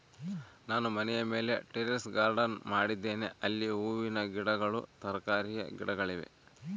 ನಾನು ಮನೆಯ ಮೇಲೆ ಟೆರೇಸ್ ಗಾರ್ಡೆನ್ ಮಾಡಿದ್ದೇನೆ, ಅಲ್ಲಿ ಹೂವಿನ ಗಿಡಗಳು, ತರಕಾರಿಯ ಗಿಡಗಳಿವೆ